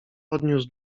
podniósł